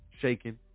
shaking